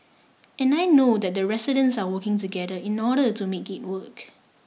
and I know that the residents are working together in order to make it work